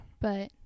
But-